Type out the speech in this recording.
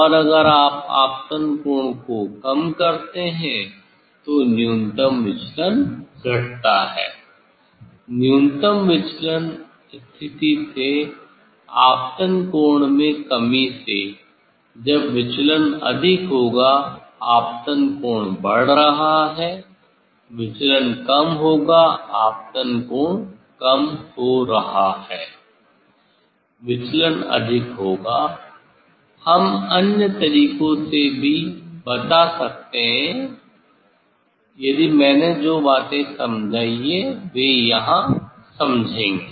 और अगर आप आपतन कोण को कम करते हैं तो न्यूनतम विचलन घटता है न्यूनतम विचलन स्थिति से आपतन कोण में कमी से तब विचलन अधिक होगा आपतन कोण बढ़ रहा है विचलन कम होगा आपतन कोण कम हो रहा है विचलन अधिक होगा हम अन्य तरीकों से भी बता सकते हैं यदि मैंने जो बातें बताईं वे यहाँ समझेंगे